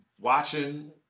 watching